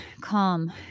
calm